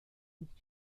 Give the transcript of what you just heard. nicht